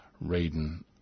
reading